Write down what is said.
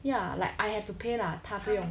ya like I have to pay lah 他不用